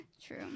True